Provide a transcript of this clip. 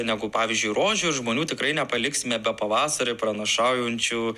negu pavyzdžiui rožių ir žmonių tikrai nepaliksime be pavasarį pranašaujančių